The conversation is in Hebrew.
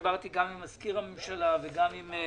בבקשה.